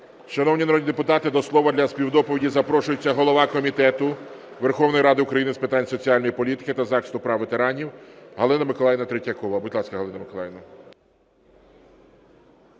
Шановні народні депутати, до слова для співдоповіді запрошується голова Комітету Верховної Ради України з питань соціальної політики та захисту прав ветеранів Галина Миколаївна Третьякова. Будь ласка, Галина Миколаївна.